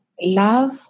love